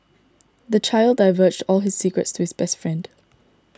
the child divulged all his secrets to his best friend